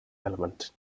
element